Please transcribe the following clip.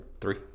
Three